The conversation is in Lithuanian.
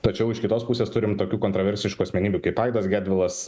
tačiau iš kitos pusės turim tokių kontroversiškų asmenybių kaip aidas gedvilas